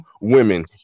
women